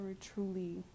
truly